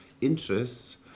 interests